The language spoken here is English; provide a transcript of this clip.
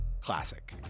Classic